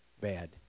bad